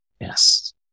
Yes